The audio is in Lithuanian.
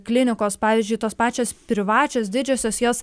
klinikos pavyzdžiui tos pačios privačios didžiosios jos